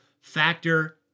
Factor